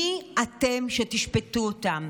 מי אתם שתשפטו אותם?